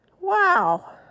Wow